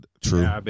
True